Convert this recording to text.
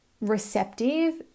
receptive